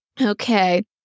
Okay